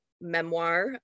memoir